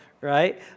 right